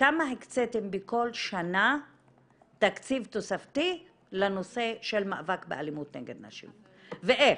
כמה הקצתם בכל שנה תקציב תוספתי לנושא של מאבק באלימות נגד נשים ואיך,